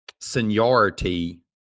seniority